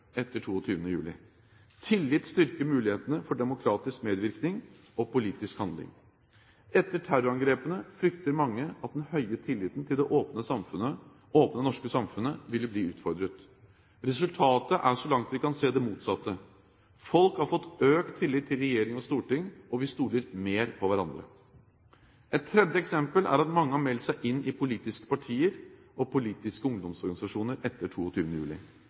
etter 22. juli. Tillit styrker mulighetene for demokratisk medvirkning og politisk handling. Etter terrorangrepene fryktet mange at den høye tilliten til det åpne norske samfunnet ville bli utfordret. Resultatene er, så langt vi kan se, det motsatte. Folk har fått økt tillit til regjering og storting, og vi stoler mer på hverandre. Et tredje eksempel er at mange har meldt seg inn i politiske partier og politiske ungdomsorganisasjoner etter 22. juli.